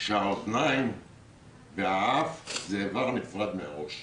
שהאוזניים והאף הם איבר נפרד מן הראש.